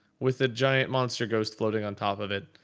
with a giant monster ghost floating on top of it.